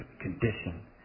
condition